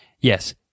yes